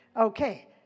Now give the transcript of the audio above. Okay